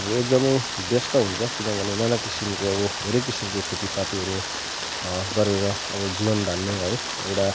अब एकदमै व्यस्त हुन्छ किनभने नानाकिसिमको अब धेरै किसिमको खेतिपातीहरू गरेर अब जीवन धान्ने है एउटा